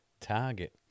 target